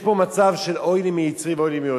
יש פה מצב של אוי לי מיצרי ואוי לי מיוצרי.